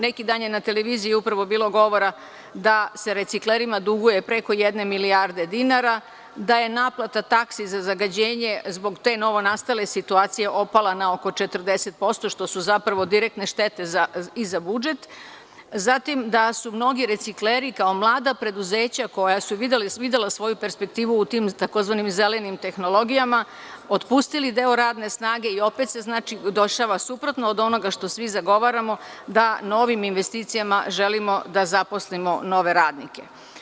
Neki dan je na televiziji upravo bilo govora da se reciklerima duguje preko jedne milijarde dinara, da je naplata taksi za zagađenje zbog te novonastale situacije opala na oko 40%, što su direktne štete za budžet, zatim da su mnogi recikleri kao mlada preduzeća koja su videla svoju perspektivu u tim takozvanim zelenim tehnologijama otpustili deo radne snage i opet se dešava suprotno od onoga što svi zagovaramo, da mnogim investicijama želimo da zaposlimo nove radnike.